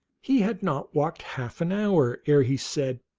he had not walked half an hour ere he said,